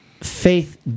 faith